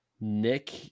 Nick